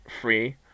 free